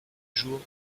jours